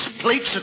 plates